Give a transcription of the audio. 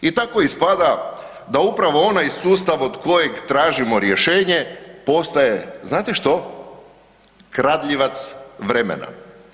I tako ispada da upravo onaj sustav od kojeg tražimo rješenje postaje, znate što, kradljivac vremena.